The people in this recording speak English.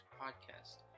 podcast